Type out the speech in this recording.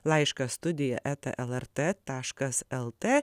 laišką studija eta lrt taškas lt